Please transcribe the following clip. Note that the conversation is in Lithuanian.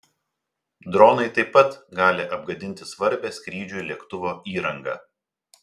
dronai taip pat gali apgadinti svarbią skrydžiui lėktuvo įrangą